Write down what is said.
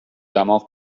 دماغ